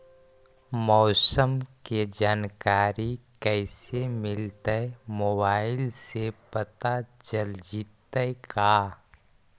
मौसम के जानकारी कैसे मिलतै मोबाईल से पता चल जितै का?